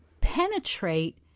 penetrate